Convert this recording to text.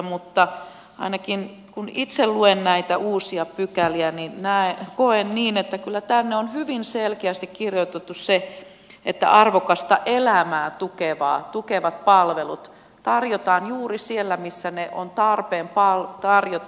mutta ainakin itse kun luen näitä uusia pykäliä koen niin että kyllä tänne on hyvin selkeästi kirjoitettu se että arvokasta elämää tukevat palvelut tarjotaan juuri siellä missä ne on tarpeen tarjota